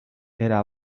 era